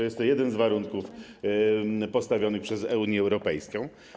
jeden z warunków postawionych przez Unię Europejską.